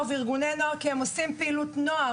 וארגוני נוער כי הן עושות פעולות נוער,